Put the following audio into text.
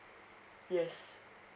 yes